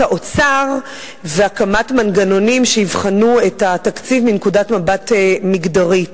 האוצר והקמת מנגנונים שיבחנו את התקציב מנקודת מבט מגדרית.